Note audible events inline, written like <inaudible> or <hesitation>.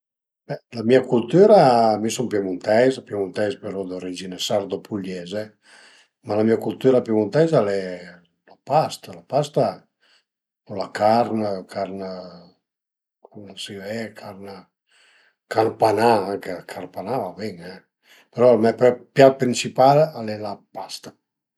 Be, la mia cültüra, mi sun piemunteis però d'origine sardo-pugliese, ma la mia cültüra piemunteiza al e la pasta, la pasta u la carn, carn <hesitation> cun ël sivé, carn panà anche la carn panà a va bin ne però me piat principal al e la pasta